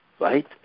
Right